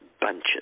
bunches